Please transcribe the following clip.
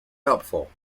helpful